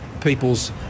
people's